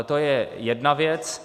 To je jedna věc.